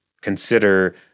consider